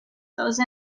those